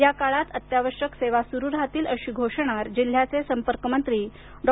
या काळात अत्यावश्यक सेवा सुरु राहतील अशी घोषणा जिल्ह्याचे संपर्क मंत्री डॉ